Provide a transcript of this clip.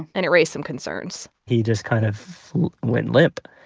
and it raised some concerns he just kind of went limp.